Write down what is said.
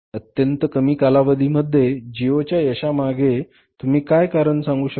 अत्यंत कमी कालावधीमध्ये जिओ च्या यशामागे तुम्ही काय कारण सांगू शकता